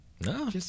No